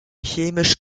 chemisch